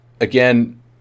again